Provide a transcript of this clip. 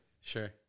Sure